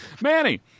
Manny